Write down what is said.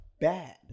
Bad